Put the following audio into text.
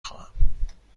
خواهم